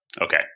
Okay